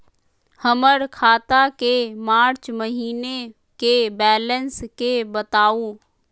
हमर खाता के मार्च महीने के बैलेंस के बताऊ?